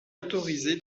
autorisé